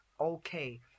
okay